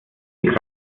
viel